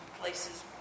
places